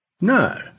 No